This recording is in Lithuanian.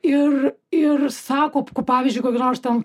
ir ir sako pavyzdžiui kokioj nors ten